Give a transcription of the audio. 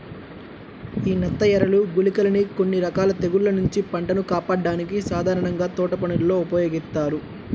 యీ నత్తఎరలు, గుళికలని కొన్ని రకాల తెగుల్ల నుంచి పంటను కాపాడ్డానికి సాధారణంగా తోటపనుల్లో ఉపయోగిత్తారు